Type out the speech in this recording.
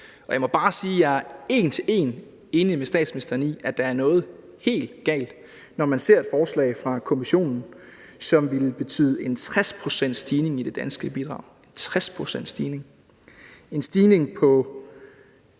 og jeg må bare sige, at jeg er en til en enig med statsministeren i, at der er noget helt galt, når man ser et forslag fra Kommissionen, som ville betyde en 60-procentsstigning i det danske bidrag – 60-procentsstigning – en stigning på